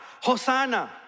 Hosanna